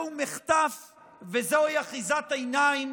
זהו מחטף וזוהי אחיזת עיניים,